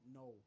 no